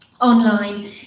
online